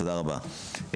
תודה רבה.